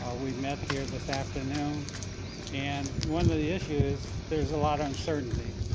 ah we met here this afternoon and one of the the issue is, there's a lot of uncertainty.